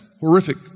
horrific